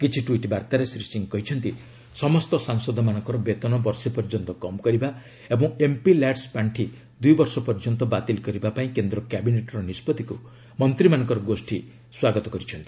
କିଛି ଟ୍ୱିଟ୍ ବାର୍ତ୍ତାରେ ଶ୍ରୀ ସିଂହ କହିଛନ୍ତି ସମସ୍ତ ସାଂସଦମାନଙ୍କର ବେତନ ବର୍ଷେ ପର୍ଯ୍ୟନ୍ତ କମ୍ କରିବା ଓ ଏମ୍ପି ଲ୍ୟାଡ୍ସ୍ ପାଣ୍ଡି ଦୂଇ ବର୍ଷ ପର୍ଯ୍ୟନ୍ତ ବାତିଲ କରିବା ପାଇଁ କେନ୍ଦ୍ର କ୍ୟାବିନେଟ୍ର ନିଷ୍କଭିକୁ ମନ୍ତ୍ରୀମାନଙ୍କର ଗୋଷୀ ସ୍ୱାଗତ କରିଛନ୍ତି